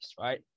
right